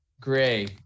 gray